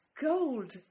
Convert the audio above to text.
gold